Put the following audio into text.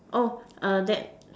oh err that